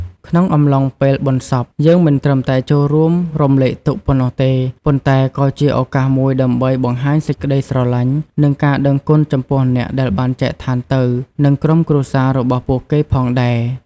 ក្នុងអំឡុងពេលបុណ្យសព យើងមិនត្រឹមតែចូលរួមរំលែកទុក្ខប៉ុណ្ណោះទេ ប៉ុន្តែក៏ជាឱកាសមួយដើម្បីបង្ហាញសេចក្តីស្រឡាញ់ និងការដឹងគុណចំពោះអ្នកដែលបានចែកឋានទៅ និងក្រុមគ្រួសាររបស់ពួកគេផងដែរ។